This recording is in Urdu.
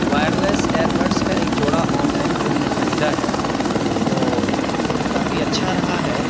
وائر لیس ایئر بڈز کا ایک جوڑا آن لائن جو ہم نے خریدا ہے وہ کافی اچھا رہا ہے